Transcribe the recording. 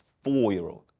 four-year-old